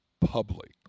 public